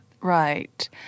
Right